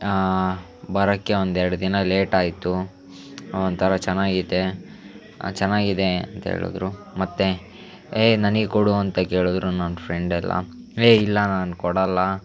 ಬರೋಕ್ಕೆ ಒಂದೆರಡು ದಿನ ಲೇಟ್ ಆಯಿತು ಒಂಥರ ಚೆನ್ನಾಗಿಯ್ತೆ ಚೆನ್ನಾಗಿದೆ ಅಂತೇಳಿದ್ರು ಮತ್ತು ಏಯ್ ನನಗೆ ಕೊಡು ಅಂತ ಕೇಳಿದ್ರು ನನ್ನ ಫ್ರೆಂಡ್ ಎಲ್ಲ ಏಯ್ ಇಲ್ಲ ನಾನು ಕೊಡೋಲ್ಲ